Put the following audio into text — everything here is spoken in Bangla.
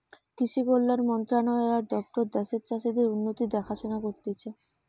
কৃষি কল্যাণ মন্ত্রণালয় আর দপ্তর দ্যাশের চাষীদের উন্নতির দেখাশোনা করতিছে